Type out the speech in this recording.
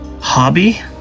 Hobby